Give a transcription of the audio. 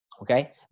Okay